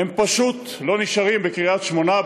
הם פשוט לא נשארים בקריית-שמונה,